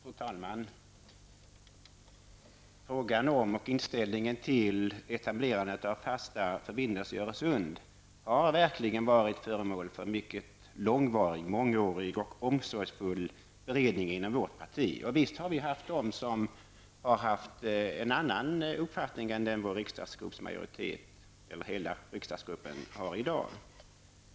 Fru talman! Frågan om och inställningen till etablerandet av fasta förbindelser i Öresund har verkligen varit föremål för mångårig och omsorgsfull beredning inom vårt parti. Visst har vi haft dem som haft en annan uppfattning än vår riksdagsgrupps majoritet eller den som hela riksdagsgruppen har i dag.